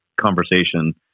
conversation